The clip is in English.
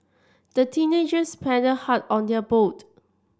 the teenagers paddled hard on their boat